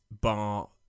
bar